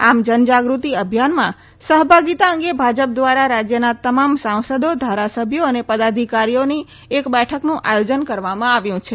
આ જનજાગૃતિ અભિયાનમાં સહભાગિતા અંગે ભાજપ દ્વારા રાજ્યના તમામ સાંસદો ધારાસભ્યો અને પદાઅધિકારીઓની બેઠકનું આયોજન કરવામાં આવ્યું છે